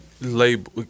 label